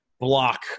block